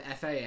FAA